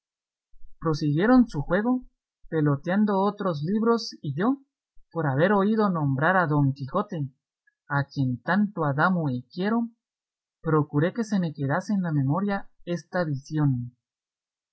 prosiguieron su juego peloteando otros libros y yo por haber oído nombrar a don quijote a quien tanto adamo y quiero procuré que se me quedase en la memoria esta visión